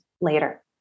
later